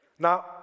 Now